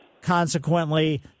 consequently